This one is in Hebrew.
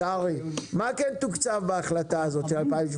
מה כן תוקצב בהחלטה הזאת מ-2017?